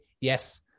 yes